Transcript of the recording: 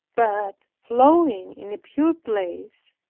but, flowing in a pure place,